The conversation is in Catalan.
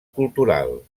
cultural